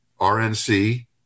RNC